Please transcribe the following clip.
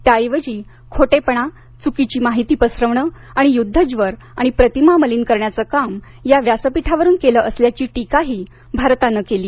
त्याऐवजी खोटेपणा चुकीचे माहिती पसरवणे आणि युद्धज्वर आणि प्रतिमा मलीन करण्याचे काम या व्यासपीठावरून केले असल्याची टीकाही भारतानं केली